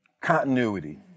Continuity